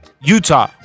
Utah